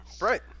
Right